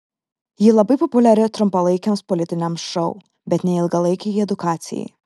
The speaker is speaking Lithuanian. ji labai populiari trumpalaikiams politiniams šou bet ne ilgalaikei edukacijai